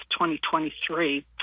2023